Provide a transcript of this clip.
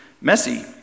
messy